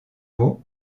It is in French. mot